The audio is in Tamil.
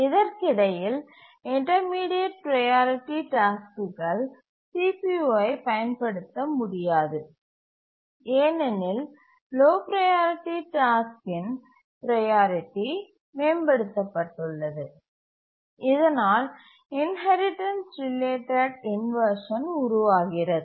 இதற்கிடையில் இன்டர்மீடியட் ப்ரையாரிட்டி டாஸ்க்குகள் CPU ஐப் பயன்படுத்த முடியாது ஏனெனில் லோ ப்ரையாரிட்டி டாஸ்க்கின் ப்ரையாரிட்டி மேம்படுத்தப்பட்டுள்ளது இதனால் இன்ஹெரிடன்ஸ் ரிலேட்டட் இன்வர்ஷன் உருவாகிறது